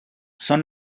son